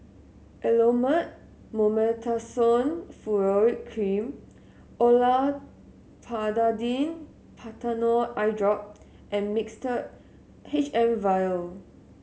Elomet Mometasone Furoate Cream Olopatadine Patanol Eyedrop and Mixtard H M Vial